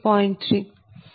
30